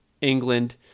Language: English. England